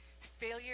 Failure